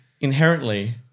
inherently